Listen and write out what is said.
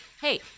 Hey